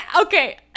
Okay